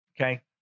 Okay